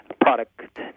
product